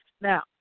Now